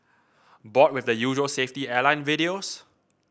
bored with the usual safety airline videos